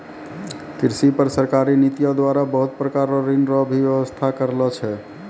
कृषि पर सरकारी नीतियो द्वारा बहुत प्रकार रो ऋण रो भी वेवस्था करलो छै